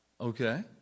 Okay